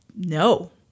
No